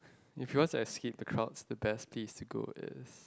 if he wants to escape the crowd the best place to go is